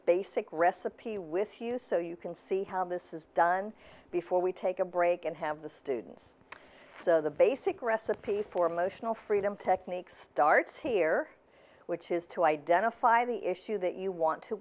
basic recipe with you so you can see how this is done before we take a break and have the students the basic recipe for motional freedom technique starts here which is to identify the issue that you want to